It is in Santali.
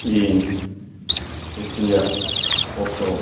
ᱤᱧ ᱠᱩᱥᱤᱭᱟᱜ ᱯᱚᱛᱚᱵ